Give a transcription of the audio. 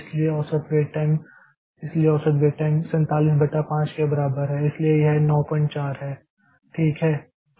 इसलिए औसत wait time इसलिए औसत वेट टाइम 47 बटा 5 के बराबर है इसलिए यह 94 है ठीक है